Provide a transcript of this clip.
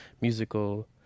musical